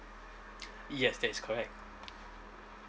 yes that is correct